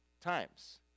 times